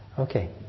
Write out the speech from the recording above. Okay